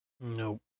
Nope